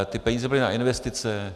Ty peníze byly na investice.